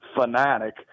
fanatic